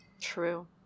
true